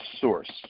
source